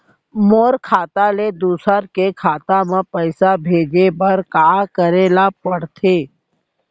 मोर खाता ले दूसर के खाता म पइसा भेजे बर का करेल पढ़थे?